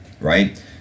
right